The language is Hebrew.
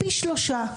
פי שלושה.